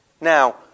Now